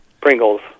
Pringles